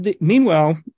meanwhile